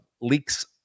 leaks